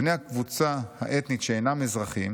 בני הקבוצה האתנית שאינם אזרחים